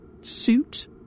suit